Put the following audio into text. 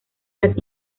las